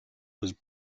was